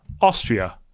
Austria